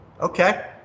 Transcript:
Okay